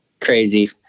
crazy